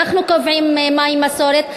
אנחנו קובעים מהי מסורת.